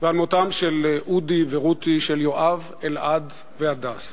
ועל מותם של אודי ורותי, של יואב, אלעד והדס.